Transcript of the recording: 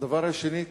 הדבר השני,